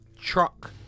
Truck